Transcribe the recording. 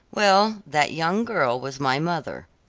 well, that young girl was my mother.